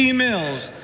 yeah mills,